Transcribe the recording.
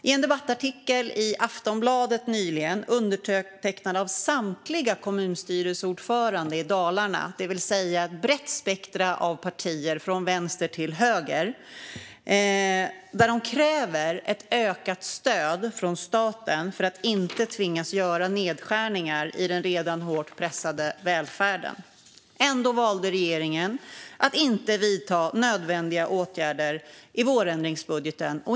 I en debattartikel i Aftonbladet nyligen, undertecknad av samtliga kommunstyrelseordförande i Dalarna, det vill säga ett brett spektrum av partier från vänster till höger, kräver de ett ökat stöd från staten för att inte tvingas göra nedskärningar i den redan hårt pressade välfärden. Ändå valde regeringen att inte vidta nödvändiga åtgärder i vårändringsbudgeten.